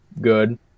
good